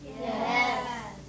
Yes